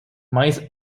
mice